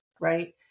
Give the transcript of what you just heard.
Right